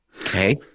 okay